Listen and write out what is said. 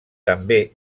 també